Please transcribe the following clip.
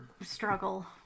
struggle